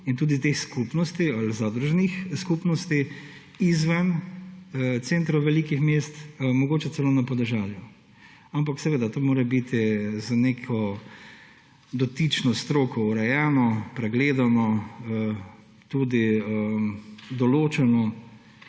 in tudi teh skupnosti ali zadružnih skupnosti izven centrov velikih mest, mogoče celo na podeželju. Ampak to mora biti z neko dotično stroko urejeno, pregledano, tudi določeno